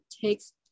takes